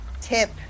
tip